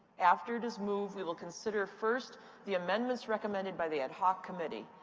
after it is moved, we will consider first the amendments recommended by the ad hoc committee.